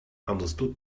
understood